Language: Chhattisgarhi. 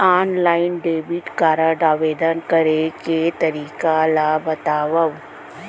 ऑनलाइन डेबिट कारड आवेदन करे के तरीका ल बतावव?